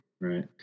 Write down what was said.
right